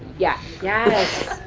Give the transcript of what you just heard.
yeah. yes.